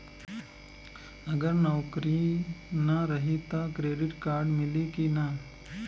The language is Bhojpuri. अगर नौकरीन रही त क्रेडिट कार्ड मिली कि ना?